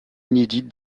inédite